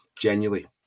genuinely